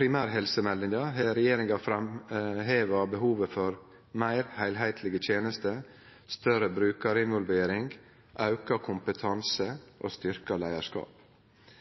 primærhelsemeldinga har regjeringa framheva behovet for meir heilskaplege tenester, større grad av brukarinvolvering, auka kompetanse og styrkt leiarskap.